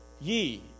ye